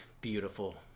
beautiful